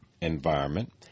environment